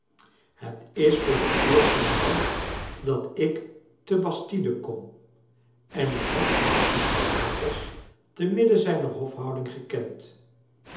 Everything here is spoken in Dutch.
het is voor de eerste maal dat ik te bastide kom en ik heb hem te napels te midden zijner hofhouding gekend